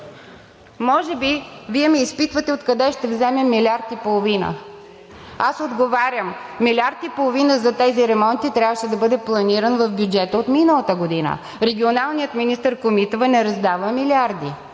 Може би Вие ме изпитвате откъде ще вземем милиард и половина? Аз отговарям – милиард и половина за тези ремонти трябваше да бъде планиран в бюджета от миналата година. Регионалният министър Комитова не раздава милиарди.